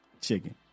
Chicken